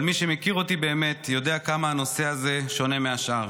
אבל מי שמכיר אותי באמת יודע כמה הנושא הזה שונה מהשאר.